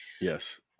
yes